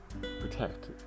protect